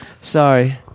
Sorry